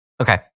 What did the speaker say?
Okay